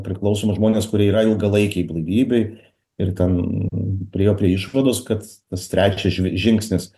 priklausomus žmones kurie yra ilgalaikėj blaivybėj ir ten priėjo prie išvados kad tas trečias žvi žingsnis